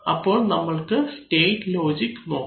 അപ്പോൾ നമ്മൾക്ക് state logic നോക്കാം